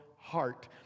heart